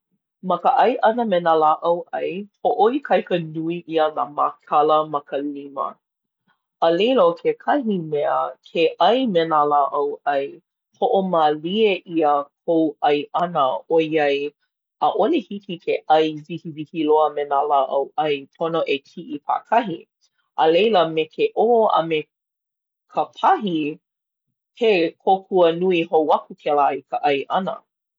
Ma ka ʻai ʻana me nā lāʻau ʻai, hoʻoikaika nui ʻia nā mākala ma ka lima. A leila, ʻo kekahi mea, ke ʻai me nā lāʻau ʻai hoʻomālie ʻia kou ʻai ʻana ʻoiai ʻaʻole hiki ke ai wikiwiki loa me nā lāʻau ʻai, pono e kiʻi pākahi. A leila me ke ʻō a me ka pahi, he kōkua nui hou aku kēlā ma ka ʻai ʻana.